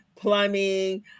plumbing